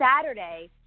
Saturday